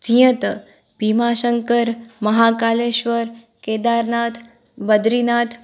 जीअं त भीमाशंकर महाकालेश्वर केदारनाथ बदरीनाथ